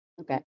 Okay